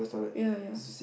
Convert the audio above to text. ya ya